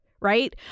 right